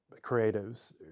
creatives